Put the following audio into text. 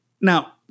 now